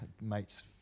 mate's